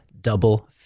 double